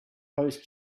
post